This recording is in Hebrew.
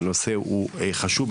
הנושא הוא חשוב.